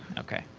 okay.